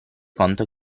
conto